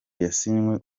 yasinywe